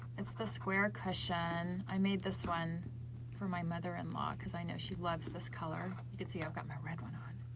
it's the square cushion i made this one for my mother-in-law because i know she loves this color. you can see i've got my red one on.